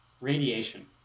radiation